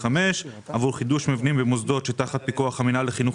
עבור חידוש מבנים ומוסדות שתחת פיקוח המינהל לחינוך